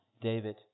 David